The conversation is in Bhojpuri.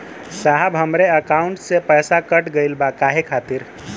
साहब हमरे एकाउंट से पैसाकट गईल बा काहे खातिर?